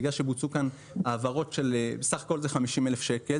בגלל שבוצעו כאן העברות של 50 אלף שקלים,